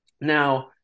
Now